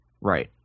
Right